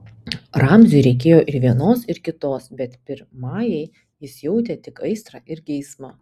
ramziui reikėjo ir vienos ir kitos bet pirmajai jis jautė tik aistrą ir geismą